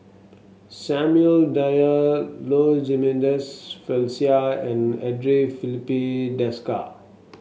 Samuel Dyer Low Jimenez Felicia and Andre Filipe Desker